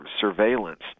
surveillance